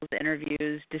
interviews